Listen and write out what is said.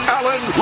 Allen